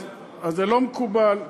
אז זה לא מקובל,